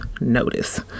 notice